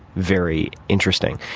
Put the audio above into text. very interesting.